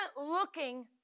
looking